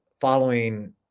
following